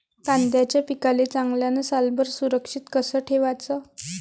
कांद्याच्या पिकाले चांगल्यानं सालभर सुरक्षित कस ठेवाचं?